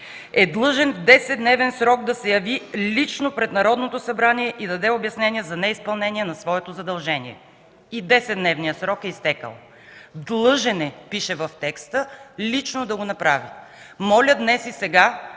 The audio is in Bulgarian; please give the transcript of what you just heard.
е длъжен в 10 дневен срок да се яви лично пред Народното събрание и да даде обяснение за неизпълнение на своето задължение”. И 10-дневният срок е изтекъл. „Длъжен е” – пише в текста – лично да го направи. Моля днес и сега